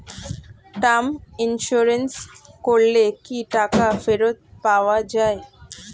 Term insurance করলে কি টাকা ফেরত পাওয়া যায়?